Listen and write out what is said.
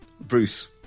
Bruce